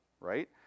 right